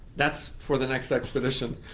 that's for the next expedition.